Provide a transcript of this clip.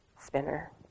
spinner